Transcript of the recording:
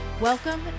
Welcome